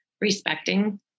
respecting